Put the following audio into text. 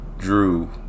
drew